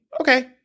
Okay